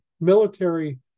military